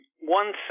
one